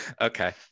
Okay